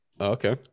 Okay